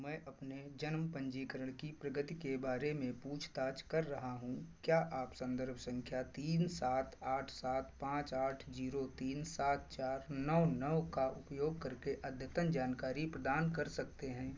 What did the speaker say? मैं अपने जन्म पंजीकरण की प्रगति के बारे में पूछताछ कर रहा हूँ क्या आप संदर्भ संख्या तीन सात आठ सात पाँच आठ जीरो तीन सात चार नौ नौ का उपयोग करके अद्यतन जानकारी प्रदान कर सकते हैं